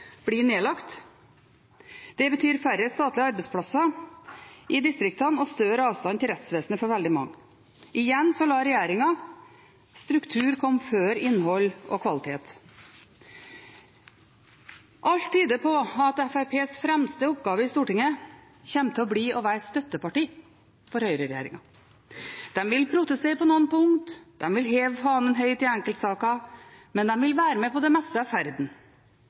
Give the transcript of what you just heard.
Det betyr færre statlige arbeidsplasser i distriktene og større avstand til rettsvesenet for veldig mange. Igjen lar regjeringen struktur komme før innhold og kvalitet. Alt tyder på at Fremskrittspartiets fremste oppgave i Stortinget kommer til å bli å være støtteparti for høyreregjeringen. De vil protestere på noen punkter, de vil heve fanen høyt i enkeltsaker, men de vil være med på det meste av ferden.